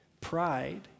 pride